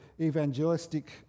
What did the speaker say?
evangelistic